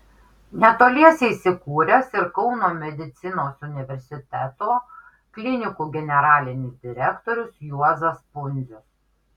netoliese įsikūręs ir kauno medicinos universiteto klinikų generalinis direktorius juozas pundzius